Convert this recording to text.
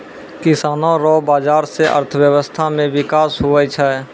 किसानो रो बाजार से अर्थव्यबस्था मे बिकास हुवै छै